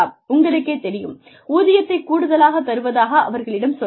உங்களுக்கேத் தெரியும் ஊதியத்தைக் கூடுதலாக தருவதாக அவர்களிடம் சொல்லலாம்